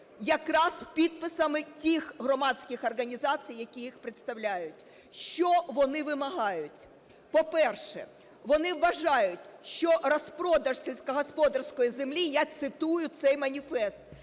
якраз підписами тих громадських організацій, які їх представляють. Що вони вимагають? По-перше, вони вважають, що розпродаж сільськогосподарської землі, я цитую цей маніфест: